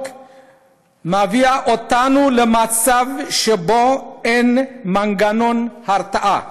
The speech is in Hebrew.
מביאה אותנו למצב שבו אין מנגנון הרתעה.